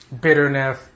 bitterness